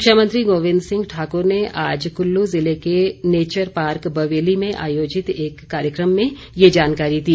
शिक्षा मंत्री गोविंद सिंह ठाकुर ने आज कल्लू जिले के नेचर पार्क बयेली में आयोजित एक कार्यक्रम में ये जानकारी दी